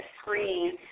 screen